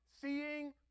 Seeing